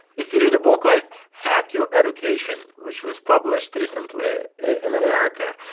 if you read a book like hack your education, which was published recently in america,